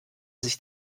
sich